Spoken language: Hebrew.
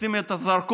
לשים את הזרקור